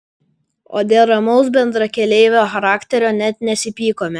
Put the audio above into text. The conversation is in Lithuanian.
o dėl ramaus bendrakeleivio charakterio net nesipykome